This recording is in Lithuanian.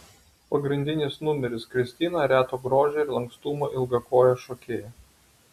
pagrindinis numeris kristina reto grožio ir lankstumo ilgakojė šokėja